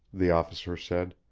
the officer said.